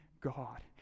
God